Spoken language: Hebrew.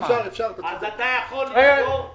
המענק של ה-2,000 שקלים שהועבר למי שקיבלו אבטלה 100 ימים.